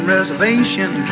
Reservation